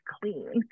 clean